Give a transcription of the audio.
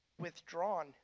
withdrawn